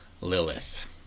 lilith